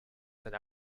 that